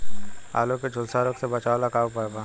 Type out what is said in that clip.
आलू के झुलसा रोग से बचाव ला का उपाय बा?